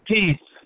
Peace